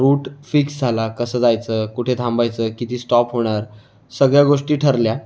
route fix झाला कसं जायचं कुठे थांबायचं किती स्टॉप होणार सगळ्या गोष्टी ठरल्या